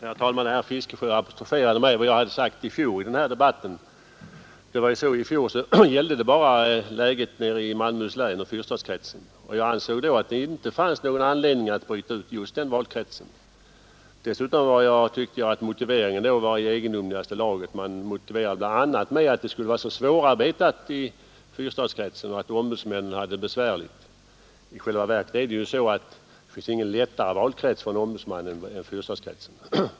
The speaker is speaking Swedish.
Herr talman! Herr Fiskesjö apostroferade vad jag hade sagt i debatten i fjol. Men i fjol gällde det bara läget nere i Malmöhus läns valkrets och fyrstadskretsen, och jag ansåg då att det inte fanns någon anledning att bryta ut just de valkretsarna. Dessutom tyckte jag att motiveringen då var i egendomligaste laget; bl.a. skulle det vara så svårarbetat i fyrstadskretsen att ombudsmännen hade det besvärligt. I själva verket finns det ju ingen lättare valkrets för en ombudsman än fyrstadskretsen.